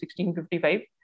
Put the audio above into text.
1655